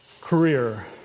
career